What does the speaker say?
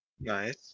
Nice